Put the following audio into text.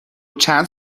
چند